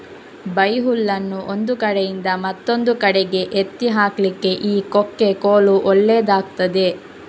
ಬೈಹುಲ್ಲನ್ನು ಒಂದು ಕಡೆಯಿಂದ ಮತ್ತೊಂದು ಕಡೆಗೆ ಎತ್ತಿ ಹಾಕ್ಲಿಕ್ಕೆ ಈ ಕೊಕ್ಕೆ ಕೋಲು ಒಳ್ಳೇದಾಗ್ತದೆ